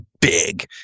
big